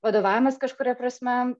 vadovavimas kažkuria prasme